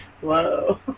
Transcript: whoa